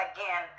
Again